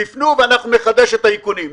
תפנו ואנחנו נחדש את האיכונים.